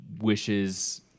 wishes